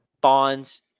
bonds